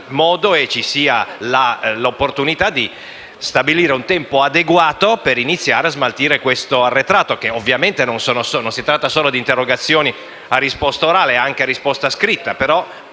modo e l'opportunità di stabilire un tempo adeguato per iniziare a smaltire l'arretrato. Ovviamente non si tratta solo di interrogazioni a risposta orale, ma anche a risposta scritta.